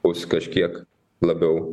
bus kažkiek labiau